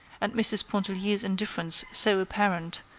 and mrs. pontellier's indifference so apparent,